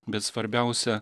bet svarbiausia